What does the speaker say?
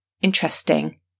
interesting